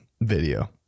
video